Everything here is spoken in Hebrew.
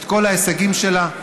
את כל ההישגים שלה.